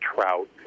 Trout